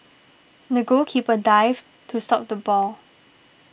the goalkeeper dived to stop the ball